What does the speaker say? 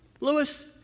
Lewis